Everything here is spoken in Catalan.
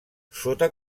sota